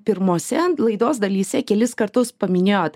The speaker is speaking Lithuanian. pirmose laidos dalyse kelis kartus paminėjot